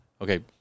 Okay